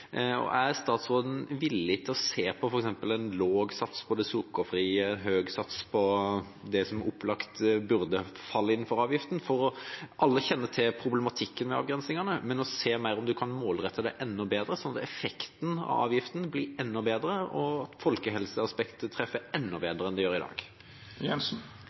kategorien. Er statsråden villig til å se på f.eks. en lav sats på det sukkerfrie og en høy sats på det som opplagt burde falle innenfor avgiften? Alle kjenner til problematikken med avgrensningene, men kan man se på om man kan målrette det enda bedre, slik at effekten av avgiften blir enda bedre, og at folkehelseaspektet treffer enda bedre enn det gjør i